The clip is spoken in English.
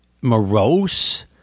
morose